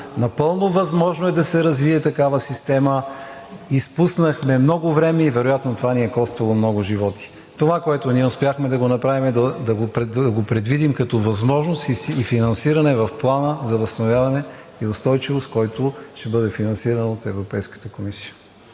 Напълно възможно е да се развие такава система. Изпуснахме много време и вероятно това ни е коствало много животи. Това, което ние успяхме да направим, е да го предвидим като възможност и финансиране в Плана за възстановяване и устойчивост, който ще бъде финансиран от Европейската комисия.